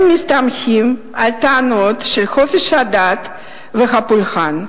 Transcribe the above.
הם מסתמכים על טענות של חופש הדת והפולחן.